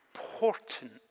important